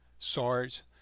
SARS